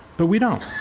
but we don't.